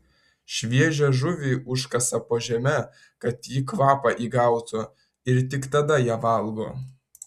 šviežią žuvį užkasa po žeme kad ji kvapą įgautų ir tik tada ją valgo